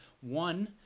one